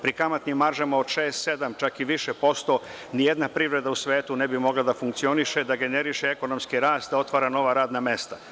Pri kamatnim maržama od 6, 7, čak i više posto ni jedna privreda u svetu ne bi mogla da funkcioniše, da generiše ekonomski rast, da otvara nova radna mesta.